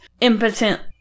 impotent